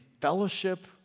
fellowship